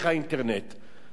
כולנו יודעים את זה,